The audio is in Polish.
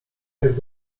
jest